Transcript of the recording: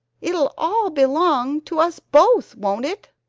it'll all belong to us both, won't it?